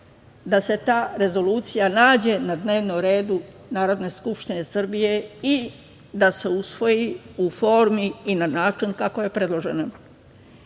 da se ta rezolucija nađe na dnevnom redu Narodne skupštine Srbije, i da se usvoji u formi i na način kako je predloženo. Ja